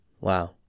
wow